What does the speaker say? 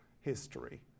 history